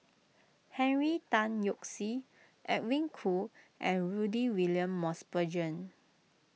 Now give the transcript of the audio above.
Henry Tan Yoke See Edwin Koo and Rudy William Mosbergen